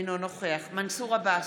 אינו נוכח מנסור עבאס,